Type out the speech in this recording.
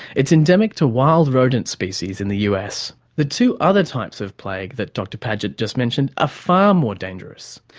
it's endemic to wild rodent species in the us. the two other types of plague that dr padgett just mentioned are ah far more dangerous.